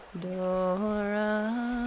Dora